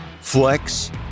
flex